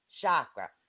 chakra